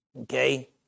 Okay